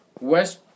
West